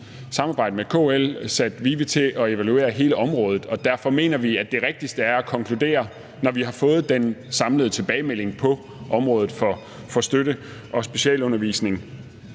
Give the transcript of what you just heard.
samarbejde med KL sat VIVE til at evaluere hele området, og derfor mener vi, at det rigtigste er at konkludere, når vi har fået den samlede tilbagemelding på området for støtte og specialundervisning.